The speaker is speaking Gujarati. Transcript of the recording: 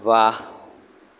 વાહ